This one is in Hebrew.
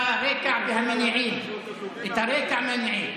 זאת הדירקטיבה, זה הקו המנחה.